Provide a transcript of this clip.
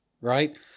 right